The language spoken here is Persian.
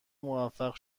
موفق